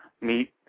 meet